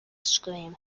scream